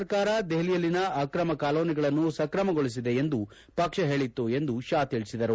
ಸರ್ಕಾರ ದೆಹಲಿಯಲ್ಲಿನ ಅಕ್ರಮ ಕಾಲೋನಿಗಳನ್ನು ಸಕ್ರಮಗೊಳಿಸಲಿದೆ ಎಂದು ಪಕ್ಷ ಹೇಳಿತ್ತು ಎಂದು ಶಾ ತಿಳಿಸಿದರು